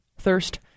thirst